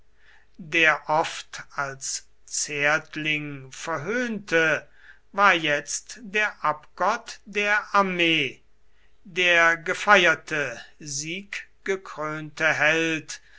der oft als zärtling verhöhnte war jetzt der abgott der armee der gefeierte sieggekrönte held